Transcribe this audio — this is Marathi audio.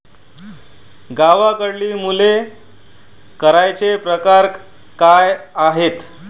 गावाकडली मुले करांचे प्रकार काय आहेत?